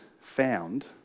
found